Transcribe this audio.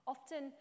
Often